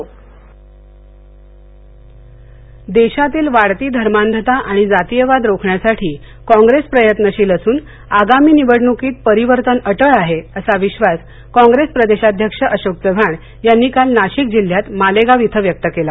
नाशिक देशातील वाढती धर्मांधता आणि जातीयवाद रोखण्यासाठी काँप्रेस प्रयत्नशील असून आगामी निवडणूकीत परिवर्तन अटळ आहे असा विश्वास कॉंग्रेस प्रदेशाध्यक्ष अशोक चव्हाण यांनी काल नाशिक जिल्ह्यात मालेगाव इथ व्यक्त केला